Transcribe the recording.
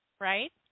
Right